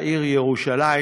לעיר ירושלים.